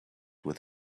with